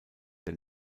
der